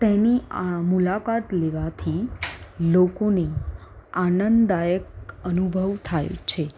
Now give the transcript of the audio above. તેની મુલાકાત લેવાથી લોકોને આનંદદાયક અનુભવ થાય છે